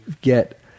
get